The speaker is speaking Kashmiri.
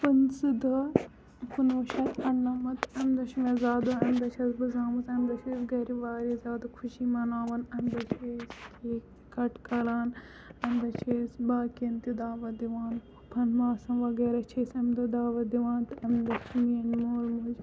پٕنژٕہ دہ کُنوُہ شیٚتھ اَرنَمَتھ اَمہِ دۄہ چھُ مےٚ زاہ دۄہ اَمہِ دۄہ چھَس بہٕ زامٕژ اَمہِ دۄہ چھِ اَسہِ گرِ واریاہ زیادٕ خوشی مَناوان اَمہِ دۄہ چھِ أسۍ کیک کَٹ کران اَمہِ دۄہ چھِ أسۍ یہِ باقین تہِ دعوت دِوان ماسَن وغیرہ چھِ أسۍ اَمہِ دۄہ دعوت دِوان تہٕ اَمہِ دۄہ چھِ میٲنۍ مول موج